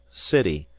city,